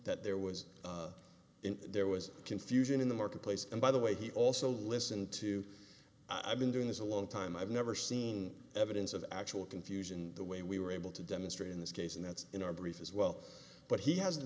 that there was in there was confusion in the marketplace and by the way he also listened to i've been doing this a long time i've never seen evidence of actual confusion the way we were able to demonstrate in this case and that's in our brief as well but he has t